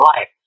life